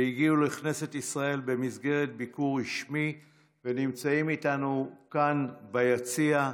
שהגיעו לכנסת ישראל במסגרת ביקור רשמי ונמצאים איתנו כאן ביציע.